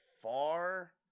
far